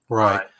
right